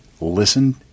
listen